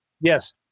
Yes